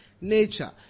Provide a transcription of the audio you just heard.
nature